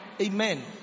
Amen